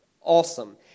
awesome